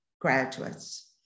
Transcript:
graduates